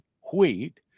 wheat